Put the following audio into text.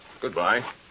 Goodbye